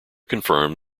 confirmed